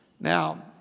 Now